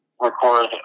record